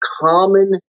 common